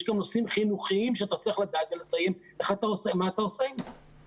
יש גם נושאים חינוכיים שאתה צריך לדעת ולסיים מה אתה עושה עם זה?